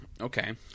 Okay